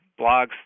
blogs